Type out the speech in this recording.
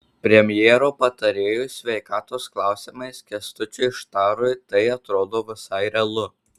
premjero patarėjui sveikatos klausimais kęstučiui štarui tai atrodo visai realu